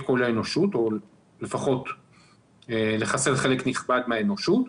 כל האנושות או לפחות לחסל חלק נכבד מהאנושות.